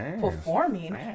performing